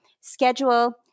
schedule